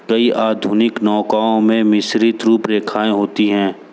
कई आधुनिक नौकाओं में मिश्रित रूप रेखाएँ होती हैं